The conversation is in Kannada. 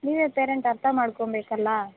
ನೀವೇ ಪೇರೆಂಟ್ ಅರ್ಥ ಮಾಡ್ಕೊಬೇಕಲ್ಲ